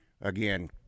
again